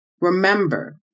Remember